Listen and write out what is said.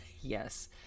Yes